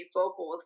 vocal